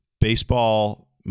baseball